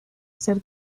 ser